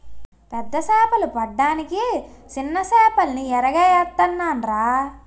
పెద్ద సేపలు పడ్డానికి సిన్న సేపల్ని ఎరగా ఏత్తనాన్రా